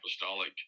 apostolic